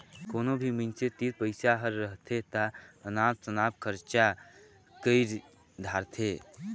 कोनो भी मइनसे तीर पइसा हर रहथे ता अनाप सनाप खरचा कइर धारथें